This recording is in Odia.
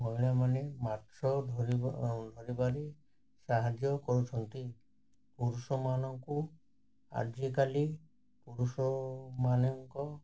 ମହିଳାମାନେ ମାଛ ଧରିବାରେ ସାହାଯ୍ୟ କରୁଛନ୍ତି ପୁରୁଷମାନଙ୍କୁ ଆଜିକାଲି ପୁରୁଷମାନଙ୍କ